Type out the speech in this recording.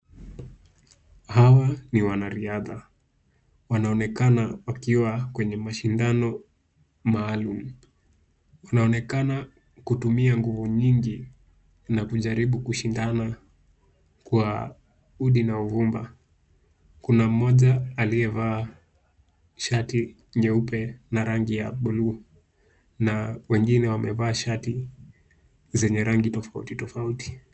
Hawa ni wanariadha. Wanaonekana wakiwa kwenye mashindano maalum. Wanaonekana kutumia nguvu nyingi na kujaribu kushindana kwa udi na uvumba. Kuna mmoja aliyevaa shati nyeupe na rangi ya blue na wengine wamevaa shati zenye rangi tofauti tofauti.